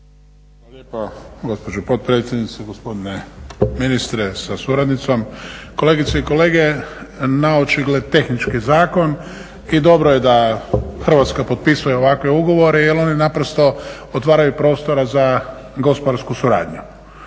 Hrvatska potpisuje ovakve ugovore jer oni naprosto otvaraju prostora za gospodarsku suradnju